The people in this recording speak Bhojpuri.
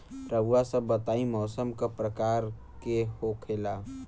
रउआ सभ बताई मौसम क प्रकार के होखेला?